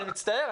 אני מצטער,